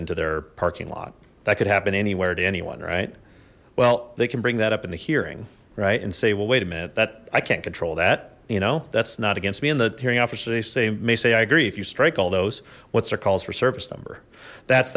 into their parking lot that could happen anywhere to anyone right well they can bring that up in the hearing right and say well wait a minute that i can't control that you know that's not against me in the hearing officer they say may say i agree if you strike all those what's their calls for service number that's